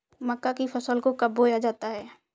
मक्का की फसल को कब बोया जाता है?